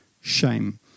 shame